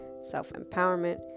self-empowerment